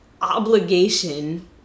obligation